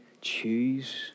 choose